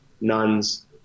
nuns